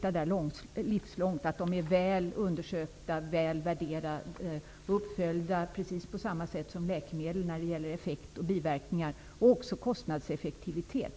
De här produkterna måste därför vara väl undersökta, väl värderade och uppföljda på precis samma sätt som läkemedel när det gäller effekt och biverkningar men också när det gäller kostnadseffektivitet.